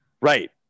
Right